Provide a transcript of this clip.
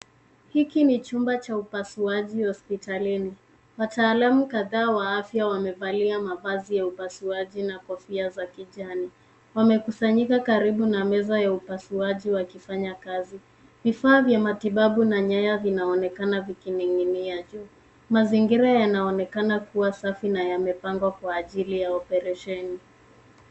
Hiki ni chumba cha upasuaji hospitalini. Wataalamu kadhaa wa afya wamevalia mavazi ya upasuaji na kofia za kijani. Wamekusanyika karibu na meza ya upasuaji wakifanya kazi. Vifaa vya matibabu na nyaya vinaonekana zikining'inia juu. Mazingira yanaonekana kuwa safi na yamepangwa kwa ajili ya operesheni.